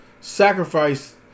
sacrifice